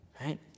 right